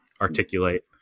articulate